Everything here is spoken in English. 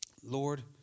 Lord